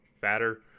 fatter